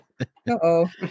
Uh-oh